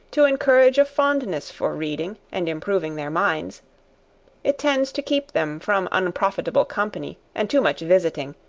to encourage a fondness for reading, and improving their minds it tends to keep them from unprofitable company, and too much visiting,